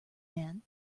man